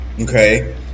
Okay